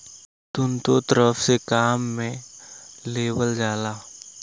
दुन्नो तरफ से काम मे लेवल जाला